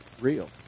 real